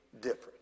different